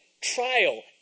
trial